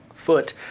foot